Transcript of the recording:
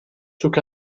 took